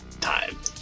time